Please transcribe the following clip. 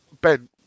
ben